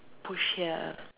push here